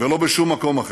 ולא בשום מקום אחר.